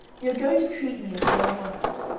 you are going to treat me as though i wasn't.